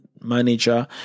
manager